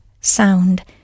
sound